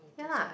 ya lah